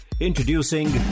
Introducing